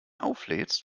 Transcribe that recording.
auflädst